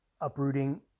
uprooting